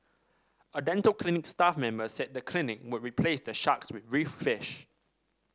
a dental clinic staff member said the clinic would replace the sharks with reef fish